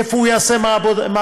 איפה הוא יעשה מעבדות?